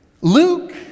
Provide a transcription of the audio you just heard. Luke